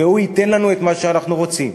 והוא ייתן לנו את מה שאנחנו רוצים.